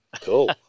Cool